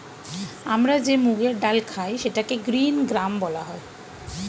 আমরা যে মুগের ডাল খাই সেটাকে গ্রীন গ্রাম বলা হয়